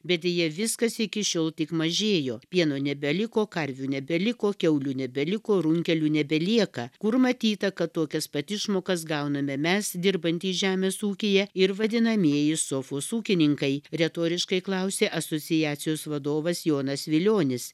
bet deja viskas iki šiol tik mažėjo pieno nebeliko karvių nebeliko kiaulių nebeliko runkelių nebelieka kur matyta kad tokias pat išmokas gauname mes dirbantys žemės ūkyje ir vadinamieji sofos ūkininkai retoriškai klausė asociacijos vadovas jonas vilionis